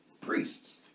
priests